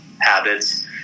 habits